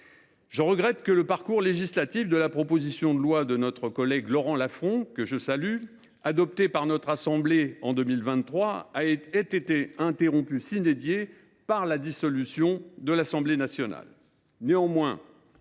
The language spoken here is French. Je regrette que le parcours législatif de la proposition de loi de notre collègue Laurent Lafon, que je salue, adoptée par notre assemblée en 2023, ait été interrompu par la dissolution de l’Assemblée nationale.